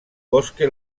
bosque